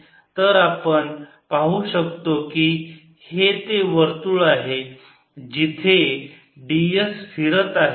तर आपण पाहू शकतो हे ते वर्तुळ आहे जिथे ds फिरत आहे